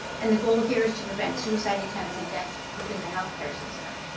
and the goal here is to prevent suicide attempts and deaths within the health care system.